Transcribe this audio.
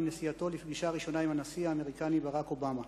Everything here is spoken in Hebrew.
נסיעתו לפגישה ראשונה עם הנשיא האמריקני ברק אובמה.